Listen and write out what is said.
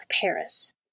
Paris